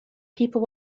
people